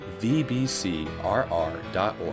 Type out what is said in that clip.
vbcrr.org